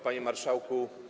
Panie Marszałku!